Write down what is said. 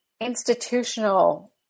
institutional